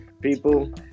people